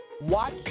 watch